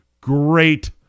Great